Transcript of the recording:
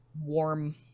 warm